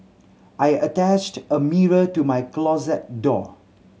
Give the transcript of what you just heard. I attached a mirror to my closet door